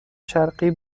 شرقی